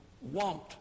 want